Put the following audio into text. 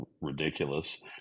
ridiculous